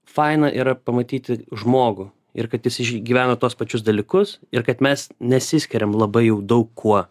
faina yra pamatyti žmogų ir kad jis išgyvena tuos pačius dalykus ir kad mes nesiskiriam labai jau daug kuo